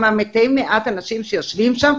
גם המתי-מעט אנשים שיושבים שם,